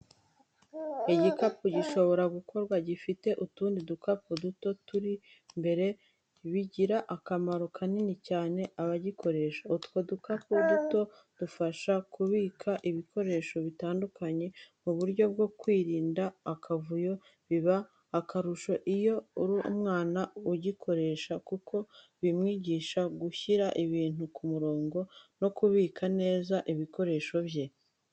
Igikapu gishobora gukorwa gifite utundi dukapu duto turi imbere, bigirira akamaro kanini cyane abagikoresha. Utwo dukapu duto dufasha kubika ibikoresho bitandukanye mu buryo bwo kwirinda akavuyo, biba akarusho iyo ari umwana ugikoresha kuko bimwigisha gushyira ibintu ku murongo no kubika neza ibikoresho bye.